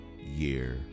year